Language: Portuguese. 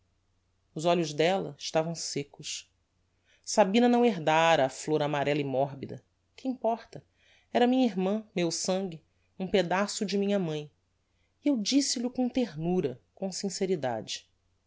os olhos della estavam seccos sabina não herdára a flor amarella e mórbida que importa era minha irmã meu sangue um pedaço de minha mãe e eu disse-lh'o com ternura com sinceridade